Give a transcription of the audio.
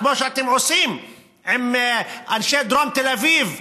כמו שאתם עושים עם אנשי דרום תל אביב ואומרים: